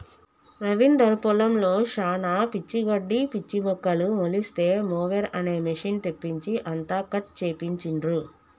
రవీందర్ పొలంలో శానా పిచ్చి గడ్డి పిచ్చి మొక్కలు మొలిస్తే మొవెర్ అనే మెషిన్ తెప్పించి అంతా కట్ చేపించిండు